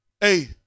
Hey